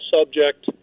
subject